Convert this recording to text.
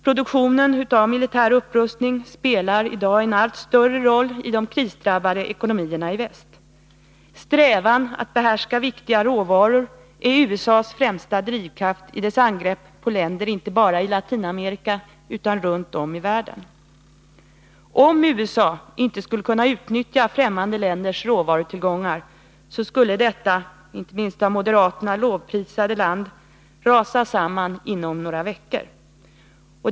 Produktionen av militär upprustning spelar en allt större roll i de krisdrabbade ekonomierna i väst. Strävan att behärska viktiga råvaror är USA:s främsta drivkraft i dess angrepp på länder inte bara i Latinamerika utan runt om i världen. Om USA inte skulle kunna utnyttja främmande länders råvarutillgångar, skulle detta inte minst av moderaterna lovprisade land rasa samman inom några veckor.